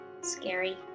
scary